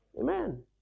Amen